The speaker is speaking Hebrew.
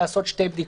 לעשות שתי בדיקות.